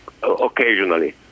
Occasionally